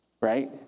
right